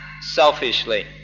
selfishly